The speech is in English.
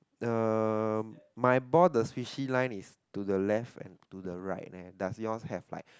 uh my ball the swishy line is to the left and to the right leh does yours have like